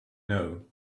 know